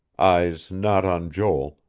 eyes not on joel,